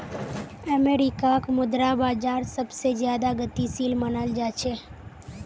अमरीकार मुद्रा बाजार सबसे ज्यादा गतिशील मनाल जा छे